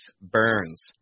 Burns